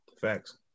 Facts